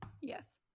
Yes